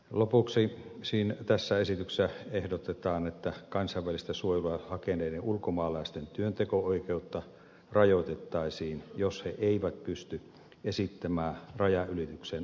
lopuksi tässä esityksessä ehdotetaan että kansainvälistä suojelua hakeneiden ulkomaalaisten työnteko oikeutta rajoitettaisiin jos he eivät pysty esittämään rajanylitykseen oikeuttavaa matkustusasiakirjaa